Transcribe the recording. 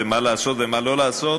ומה לעשות ומה לא לעשות.